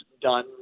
done